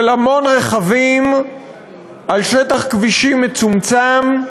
של המון רכבים על שטח כבישים מצומצם,